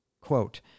quote